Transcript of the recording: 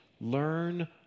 Learn